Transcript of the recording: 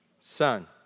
son